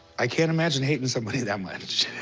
i can't imagine hating somebody that much.